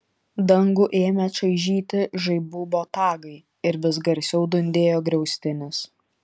dangų ėmė čaižyti žaibų botagai ir vis garsiau dundėjo griaustinis